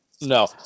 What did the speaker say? no